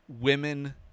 women